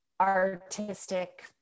artistic